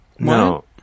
no